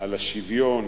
על השוויון